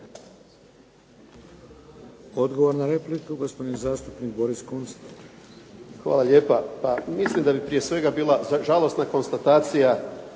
Odgovor na repliku, gospodin zastupnik Boris Kunst.